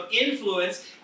influence